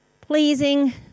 Pleasing